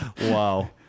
Wow